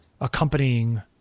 accompanying